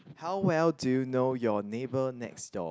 how well do you know your neighbour next door